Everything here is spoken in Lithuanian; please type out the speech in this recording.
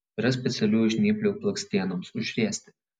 yra specialių žnyplių blakstienoms užriesti